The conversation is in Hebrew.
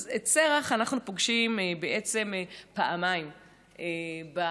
אז את שרח אנחנו פוגשים בעצם פעמיים במקרא,